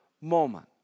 moment